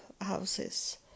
houses